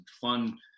fun